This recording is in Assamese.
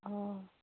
অঁ